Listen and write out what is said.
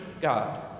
God